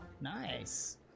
nice